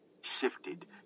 Shifted